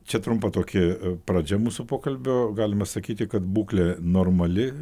čia trumpa tokia pradžia mūsų pokalbio galima sakyti kad būklė normali